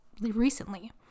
recently